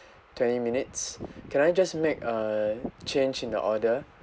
twenty minutes can I just make a change in the order